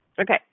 Okay